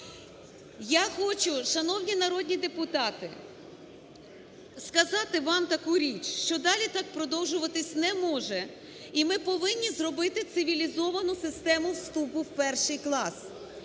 Я хочу, шановні народні депутати, сказати вам таку річ, що далі так продовжуватись не може. І ми повинні зробити цивілізовану систему вступу в 1-й клас.